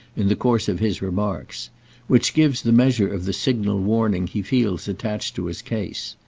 in the course of his remarks which gives the measure of the signal warning he feels attached to his case.